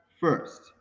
first